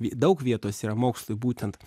daug vietos yra mokslui būtent